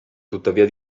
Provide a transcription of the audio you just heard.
tuttavia